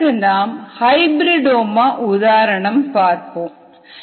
இதற்கு நாம் ஹைபிரிடாமா உதாரணம் பார்ப்போம்